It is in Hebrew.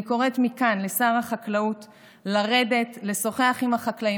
אני קוראת מכאן לשר החקלאות לרדת לשוחח עם החקלאים,